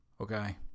Okay